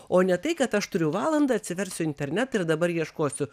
o ne tai kad aš turiu valandą atsiversiu internetą ir dabar ieškosiu